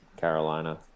Carolina